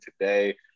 today